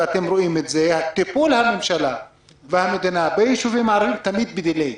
טיפול הממשלה והמדינה ביישובים הערביים הוא תמיד בדיליי.